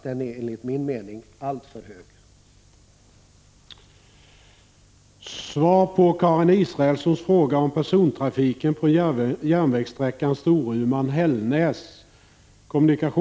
De är enligt min mening alltför högt satta.